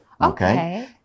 Okay